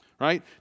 Right